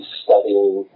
studying